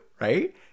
right